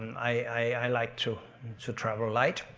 i like to to travel light.